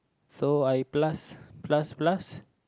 so I plus plus plus plus